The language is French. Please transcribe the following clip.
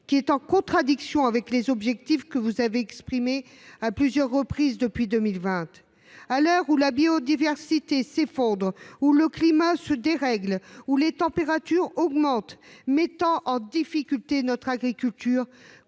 qui est en contradiction avec les objectifs que vous avez évoqués à plusieurs reprises depuis 2020. À l’heure où la biodiversité s’effondre, où le climat se dérègle, où les températures augmentent, mettant en difficulté notre agriculture,